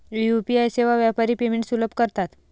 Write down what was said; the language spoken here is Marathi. यू.पी.आई सेवा व्यापारी पेमेंट्स सुलभ करतात